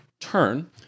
turn